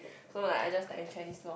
so like I just talk in Chinese lor